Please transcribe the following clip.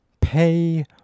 pay